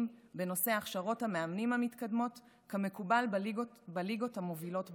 בנושא הכשרות המאמנים המתקדמות כמקובל בליגות המובילות בעולם.